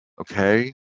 Okay